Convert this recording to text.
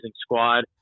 squad